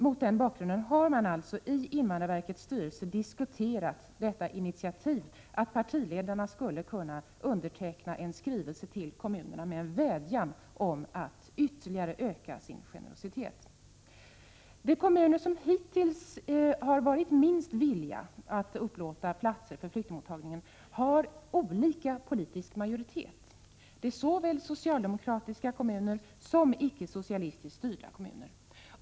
Mot den bakgrunden har man i invandrarverkets styrelse alltså diskuterat initiativet att partiledarna skulle underteckna en skrivelse till kommunerna med en vädjan om att dessa ytterligare skulle öka sin generositet. De kommuner som hittills har varit minst villiga att upplåta platser för flyktingmottagande har olika politisk majoritet. Det är såväl socialdemokratiska kommuner som icke-socialistiskt styrda kommuner.